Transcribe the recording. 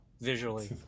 visually